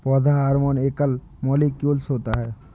पौधा हार्मोन एकल मौलिक्यूलस होता है